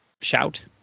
shout